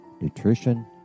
nutrition